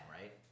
right